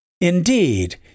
Indeed